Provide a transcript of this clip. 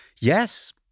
yes